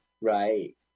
Right